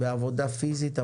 בעבודה פיזית,